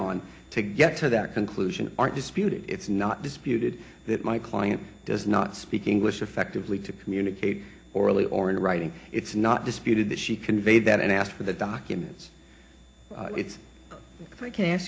on to get to that conclusion aren't disputed it's not disputed that my client does not speak english effectively to communicate orally or in writing it's not disputed that she conveyed that and asked for the documents it's if i can